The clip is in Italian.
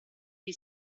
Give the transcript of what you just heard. gli